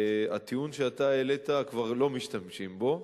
הטיעון שאתה העלית, כבר לא משתמשים בו,